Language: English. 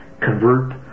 convert